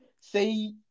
say